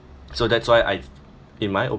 so that's why I in my op~